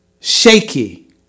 shaky